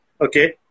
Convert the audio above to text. Okay